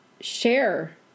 share